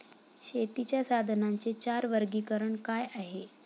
शेतीच्या साधनांचे चार वर्गीकरण काय आहे?